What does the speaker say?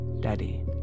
Daddy